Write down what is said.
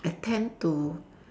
I tend to